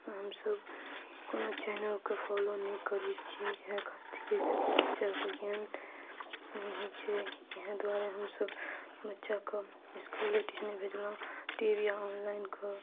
हमसब कोनो चैनलके फॉलो नहि करै छी इएह खातिर जैसे कि बच्चाके ज्ञान नहि होइ छै इएह दुआरे हमसब बच्चाके इसकुले ट्यूशन भेजलहुॅं टी वी आ ऑनलाइन कऽ